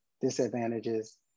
disadvantages